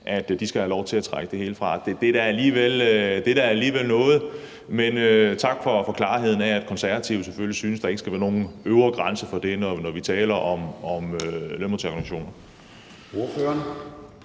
– skal have lov til at trække det hele fra. Det er da alligevel noget. Men tak for klarheden om, at Konservative selvfølgelig synes, at der ikke skal være nogen øvre grænse, når vi taler om interesseorganisationer.